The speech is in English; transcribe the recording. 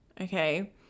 Okay